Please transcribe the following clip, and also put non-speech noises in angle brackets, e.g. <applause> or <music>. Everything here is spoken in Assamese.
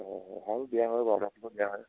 অঁ আৰু দিয়া হয় <unintelligible> দিয়া হয়